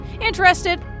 interested